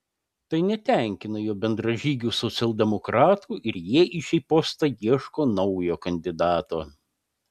tai netenkina jo bendražygių socialdemokratų ir jie į šį postą ieško naujo kandidato